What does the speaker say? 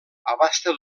abasta